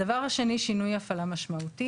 הדבר השני, שינוי הפעלה משמעותי.